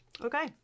Okay